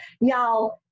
Y'all